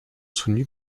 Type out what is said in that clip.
soutenu